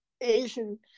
Asian